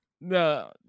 no